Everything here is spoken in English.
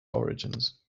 origins